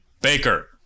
Baker